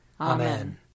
Amen